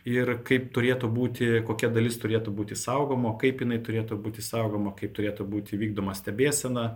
ir kaip turėtų būti kokia dalis turėtų būti saugoma kaip jinai turėtų būti saugoma kaip turėtų būti vykdoma stebėsena